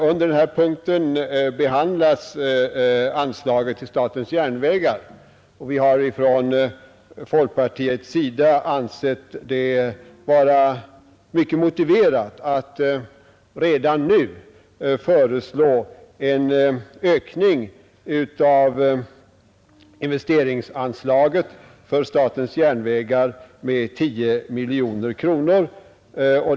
Under denna punkt behandlas emellertid statens järnvägars anslagsbehov, och vi har från folkpartiets sida ansett det vara mycket motiverat att redan nu föreslå en ökning av investeringsanslaget för statens järnvägar med 10 miljoner kronor.